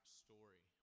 story